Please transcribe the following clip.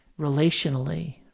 relationally